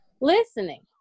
listening